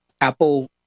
Apple